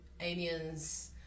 aliens